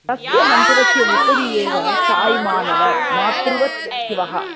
तस्य मन्दिरस्य उपरि एव तायिमानवर् मातृवत् शिवः